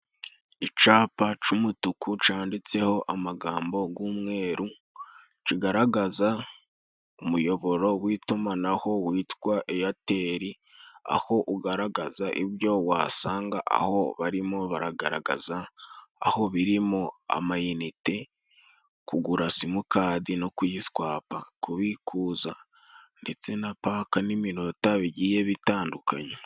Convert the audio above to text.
Icapa c'umutuku canditseho amagambo g'umweru kigaragaza umuyoboro w'itumanaho witwa eyateli, aho ugaragaza ibyo wasanga aho barimo baragaragaza aho birimo ama inite kugura simukadi no kuyiswapa, kubikuza ndetse na paka n'iminota bigiye bitandukanye.